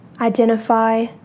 identify